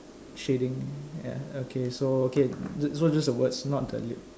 shading yeah okay so okay so just the words not the lip